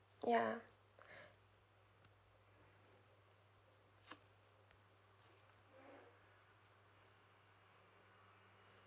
ya